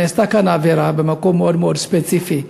נעשתה כאן עבירה במקום מאוד ספציפי.